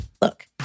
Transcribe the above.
Look